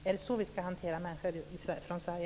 Är det så vi ska hantera människor från Sverige?